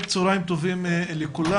אחרי צהריים טובים לכולם.